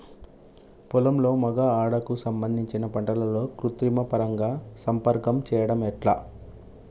పొలంలో మగ ఆడ కు సంబంధించిన పంటలలో కృత్రిమ పరంగా సంపర్కం చెయ్యడం ఎట్ల?